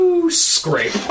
Scrape